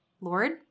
Lord